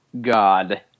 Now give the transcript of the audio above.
God